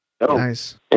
Nice